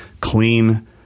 clean